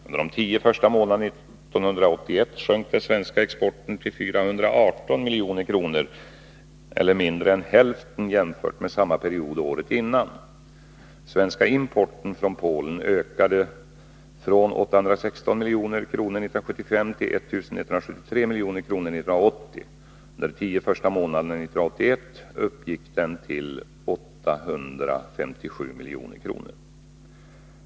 Under de tio första månaderna 1981 sjönk den svenska exporten till 418 milj.kr. eller mindre än hälften jämfört med samma period året innan. Den svenska importen från Polen ökade från 816 milj.kr. 1975 till 1 173 milj.kr. 1980. Under de tio första månaderna 1981 uppgick den till 857 milj.kr.